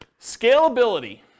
Scalability